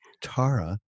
Tara